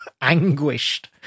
anguished